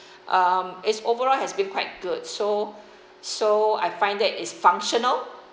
um is overall has been quite good so so I find that is functional